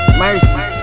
mercy